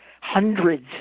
Hundreds